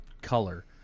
color